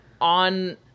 on